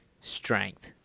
strength